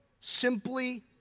simply